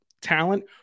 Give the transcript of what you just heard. talent